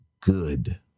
good